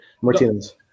Martinez